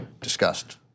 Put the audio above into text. discussed